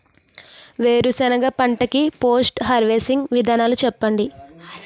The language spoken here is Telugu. వేరుసెనగ పంట కి పోస్ట్ హార్వెస్టింగ్ విధానాలు చెప్పండీ?